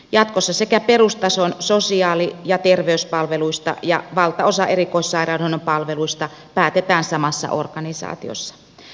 jatkossa sekä perustason sosiaali ja terveyspalveluista että valtaosasta erikoissairaanhoidon palveluista päätetään samassa organisaatiossa